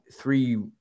three